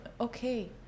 okay